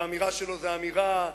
ואמירה שלו היא אמירה,